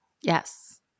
Yes